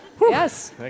Yes